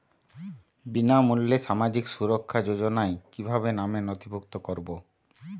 বিনামূল্যে সামাজিক সুরক্ষা যোজনায় কিভাবে নামে নথিভুক্ত করবো?